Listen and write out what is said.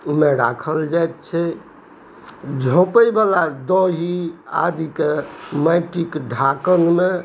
मे राखल जाइ छै झापैवला दही आदिके माटिके ढाकनमे